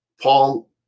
Paul